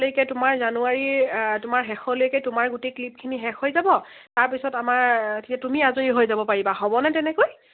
লৈকে তোমাৰ জানুৱাৰী তোমাৰ শেষলৈকে তোমাৰ গোটেই ক্লিপখিনি শেষ হৈ যাব তাৰপিছত আমাৰ এতিয়া তুমি আজৰি হৈ যাব পাৰিবা হ'বনে তেনেকৈ